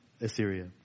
Assyria